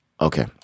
Okay